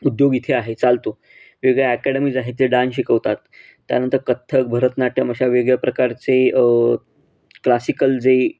उद्योग इथे आहे चालतो वेगळ्या अकॅडमीज आहेत जे डान्स शिकवतात त्यानंतर कथ्थक भरतनाट्यम अशा वेगळ्या प्रकारचे क्लासिकल जे